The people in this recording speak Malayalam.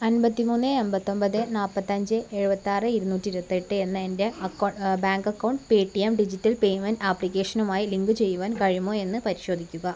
അൻപത്തി മൂന്ന് എൺപത്തി ഒൻപത് നാൽപ്പത്തി അഞ്ച് എഴുപത്തി ആറ് ഇരുന്നൂറ്റി ഇരുപത്തി എട്ട് എന്ന് എൻ്റെ അക്കൊ bank account Paytm digital payment ആപ്ലിക്കേഷനുമായി ലിങ്കു ചെയ്യുവാൻ കഴിയുമോ എന്ന് പരിശോധിക്കുക